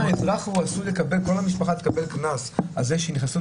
אם כל המשפחה תקבל קנס על זה שהיא נכנסה